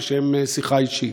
שיחה אישית.